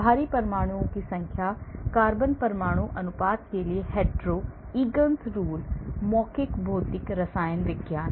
भारी परमाणुओं की संख्या कार्बन परमाणु अनुपात के लिए हेटेरो Egans rule मौखिक भौतिक रसायन विज्ञान